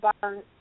burn